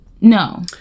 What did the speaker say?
no